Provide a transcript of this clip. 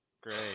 Great